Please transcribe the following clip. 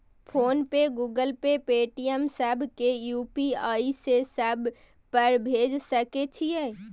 Phone पे, Google Pay, Paytm, सब के UPI से सब पर भेज सके छीयै?